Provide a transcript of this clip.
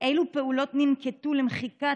2. אילו פעולות ננקטו למחיקה